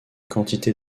quantité